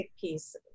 piece